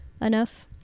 enough